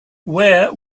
where